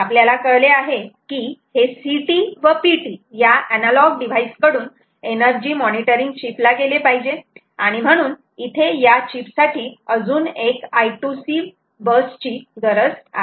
आपल्याला कळले आहे की हे CT व PT या ऍनालोग डिव्हाईस कडून एनर्जी मॉनिटरिंग चिप ला गेले पाहिजे आणि म्हणून इथे या चीप साठी अजून एक I2C ची गरज आहे